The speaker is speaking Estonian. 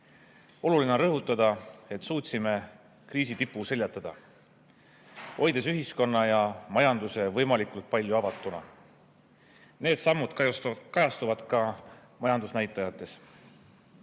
Oluline on rõhutada, et suutsime kriisi tipu seljatada, hoides ühiskonna ja majanduse võimalikult palju avatuna. Need sammud kajastuvad ka majandusnäitajates.